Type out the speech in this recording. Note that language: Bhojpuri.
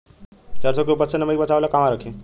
सरसों के उपज के नमी से बचावे ला कहवा रखी?